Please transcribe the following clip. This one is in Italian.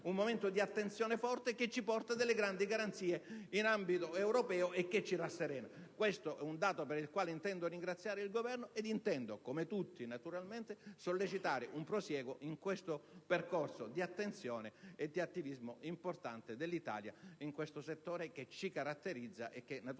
un momento di forte attenzione che porta grandi garanzie in ambito europeo e che ci rasserena. Questo è un dato per il quale intendo ringraziare il Governo ed intendo, come tutti, naturalmente, sollecitare un prosieguo di questo percorso di attenzione e di attivismo importante dell'Italia nel settore, che ci caratterizza e che naturalmente